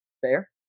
Fair